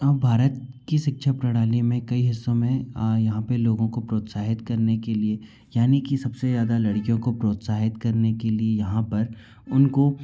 भारत की शिक्षा प्रणाली में कई हिस्सों में यहाँ पर लोगों को प्रोत्साहित करने के लिए यानी की सब से ज़्यादा लड़कियों को प्रोत्साहित करने के लिए यहाँ पर उनको